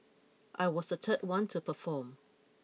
I was the third one to perform